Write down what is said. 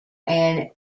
and